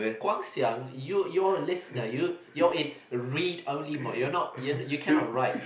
Guang-Xiang you you are a listener you you are in a read only mode you are not you you cannot write